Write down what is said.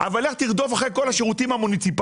אבל לך תרדוף אחרי כן השירותים המוניציפאליים.